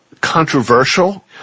controversial